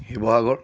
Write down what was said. Sivasagar